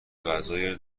غذای